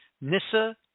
NISA